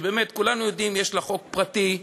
שבאמת כולנו יודעים: יש לה חוק פרטי.